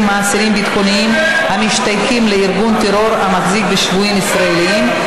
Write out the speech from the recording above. מאסירים ביטחוניים המשתייכים לארגון טרור המחזיק בשבויים ישראלים),